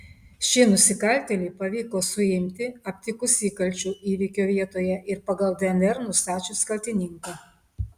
šį nusikaltėlį pavyko suimti aptikus įkalčių įvykio vietoje ir pagal dnr nustačius kaltininką